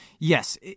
Yes